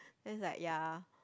then is like ya